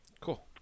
Cool